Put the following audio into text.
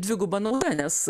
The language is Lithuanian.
dviguba nauda nes